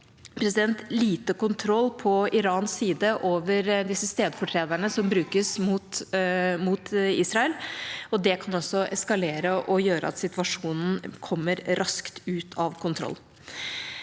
det kan eskalere og gjøre at situasjonen kommer raskt ut av kontroll.